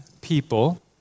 people